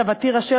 סבתי רשל,